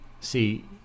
See